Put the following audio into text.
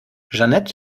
jeanette